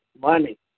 money